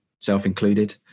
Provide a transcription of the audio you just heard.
self-included